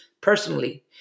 personally